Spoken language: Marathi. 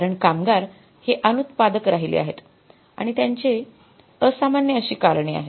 कारण कामगार हे अनुत्पादक राहिले आहेत आणि त्याचे असामान्य अशी कारणे आहेत